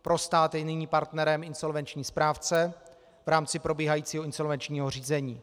Pro stát je nyní partnerem insolvenční správce v rámci probíhajícího insolvenčního řízení.